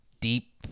deep